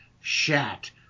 shat